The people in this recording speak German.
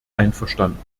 einverstanden